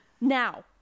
now